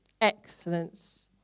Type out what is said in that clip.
Excellence